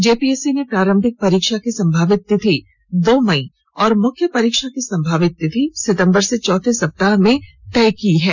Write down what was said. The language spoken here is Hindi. जेपीएससी ने प्रारंभिक परीक्षा की संभावित तिथि दो मई और मुख्य परीक्षा की संभावति तिथि सितम्बर के चौथे सप्ताह में तय की है